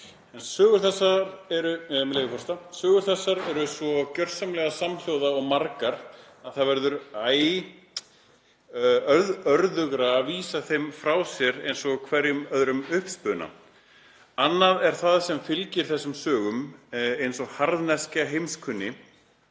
„Sögur þessar eru svo gjörsamlega samhljóða og margar að það verður æ örðugra að vísa þeim frá sér einsog hverjum öðrum uppspuna. Annað er það sem fylgir þessum sögum eins og harðneskjan heimskunni,